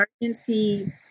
emergency